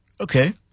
Okay